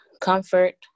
comfort